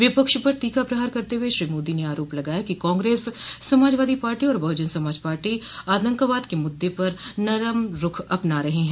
विपक्ष पर तीखा प्रहार करते हुए श्री मोदी ने आरोप लगाया कि कांग्रेस समाजवादी पार्टी और बहुजन समाज पार्टी आतंकवाद के मुद्दे पर नरम रूख अपना रहे हैं